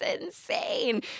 insane